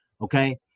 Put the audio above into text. okay